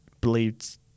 believed